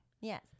Yes